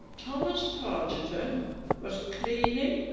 thomas pargeter was cleaning,